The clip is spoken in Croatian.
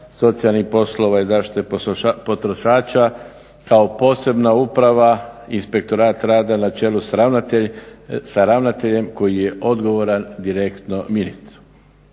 socijalnih poslova i zaštite potrošača kao posebna uprava inspektorat rada na čelu sa ravnateljem koji je odgovoran direktno ministru.